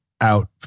out